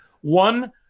One